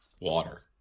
water